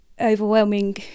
overwhelming